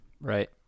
Right